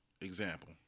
example